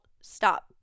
stop